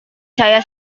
saya